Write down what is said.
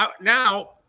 Now